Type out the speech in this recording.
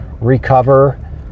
recover